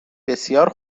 بسیار